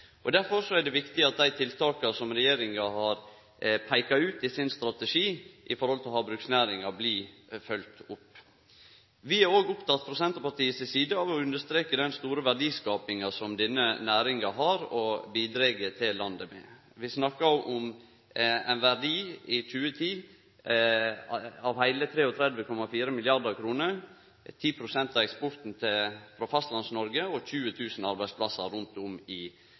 Derfor er det viktig at dei tiltaka som regjeringa har peika ut i sin strategi for havbruksnæringa, blir følgde opp. Vi er òg frå Senterpartiet si side opptekne av å understreke den store verdiskapinga som denne næringa bidreg med til landet. Vi snakkar om ein verdi i 2010 på heile 33,4 mrd. kr – 10 pst. av eksporten frå Fastlands-Noreg og 20 000 arbeidsplassar rundt om i